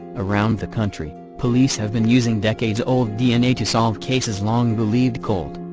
around the country, police have been using decades-old dna to solve cases long believed cold.